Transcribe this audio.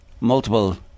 multiple